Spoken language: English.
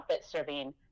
serving